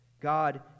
God